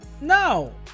no